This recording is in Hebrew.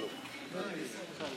עברנו תקופה קשה.